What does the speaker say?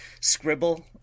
scribble